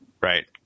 right